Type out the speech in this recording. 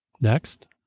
Next